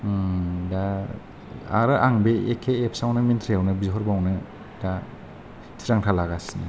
दा आरो बे एखे एफसआवनो मिनट्रायावनो बिहर बावनो दा थिरांथा लागासिनो